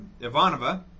Ivanova